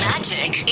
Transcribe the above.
Magic